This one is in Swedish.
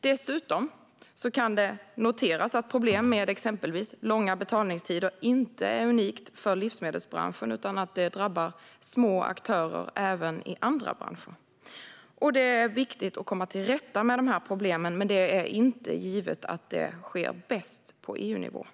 Dessutom kan det noteras att problem med exempelvis långa betalningstider inte är unikt för livsmedelsbranschen, utan det drabbar små aktörer även i andra branscher. Det är viktigt att komma till rätta med de problemen. Men det är inte givet att det sker bäst på EU-nivå.